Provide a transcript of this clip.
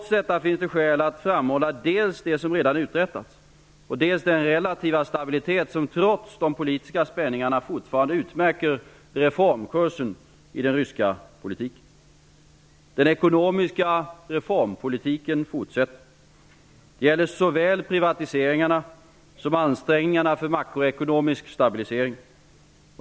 Trots detta finns det skäl att framhålla dels det som redan uträttats och dels den relativa stabilitet som trots de politiska spänningarna fortfarande utmärker reformkursen i den ryska politiken. Den ekonomiska reformkursen fortsätter. Det gäller såväl privatiseringarna som ansträngningarna för makroekonomisk stabilisering.